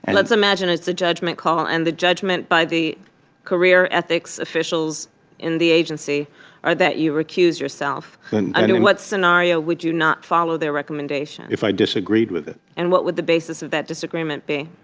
and let's imagine it's a judgment call. and the judgment by the career ethics officials in the agency are that you recuse yourself. under what scenario would you not follow their recommendation? if i disagreed with it and what would the basis of that disagreement be?